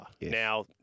Now